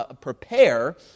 prepare